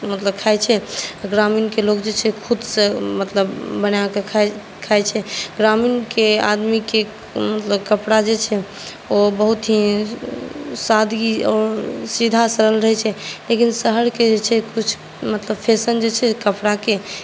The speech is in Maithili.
मतलब खाइ छै तऽ ग्रामीणके लोक जे छै खुदसँ मतलब बना कऽ खाइ छै मतलब ग्रामीणके आदमीके मतलब कपड़ा जे छै ओ बहुत ही सादगी आओर सीधा सरल रहै छै लेकिन शहरके जे छै कुछ मतलब फैशन जे छै कपड़ाके